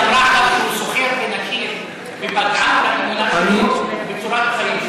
היא אמרה עליו שהוא סוחר בנשים ופגעה באמונה שלו ובצורת החיים.